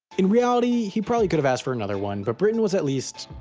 in reality he probably could've asked for another one but britain was at least,